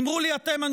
אמרו לי אתם,